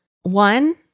One